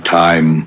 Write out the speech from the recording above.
time